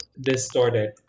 distorted